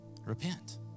repent